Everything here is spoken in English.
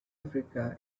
africa